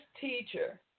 teacher